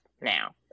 now